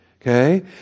Okay